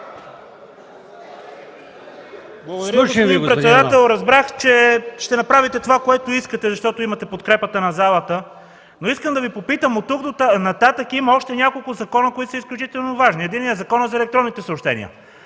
Благодаря, господин председател. Разбрах, че ще направите това, което искате, защото имате подкрепата на залата. Искам да Ви попитам – от тук нататък има още няколко закона, които са изключително важни. Единият е Законът за електронните съобщения.